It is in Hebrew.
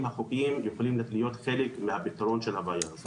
החוקיים יכולים להיות חלק מהפתרון של הבעיה זאת.